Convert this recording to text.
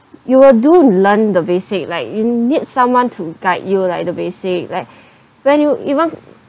you will do learn the basic like you need someone to guide you like the basic like when you even